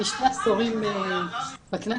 אני שני עשורים בכנסת,